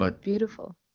Beautiful